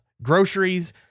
Groceries